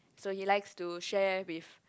so he likes to share with